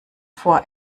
vor